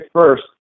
first